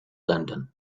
london